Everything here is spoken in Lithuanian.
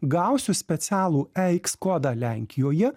gausiu specialų e iks kodą lenkijoje